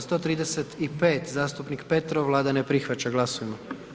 135, zastupnik Petrov, Vlada ne prihvaća, glasujmo.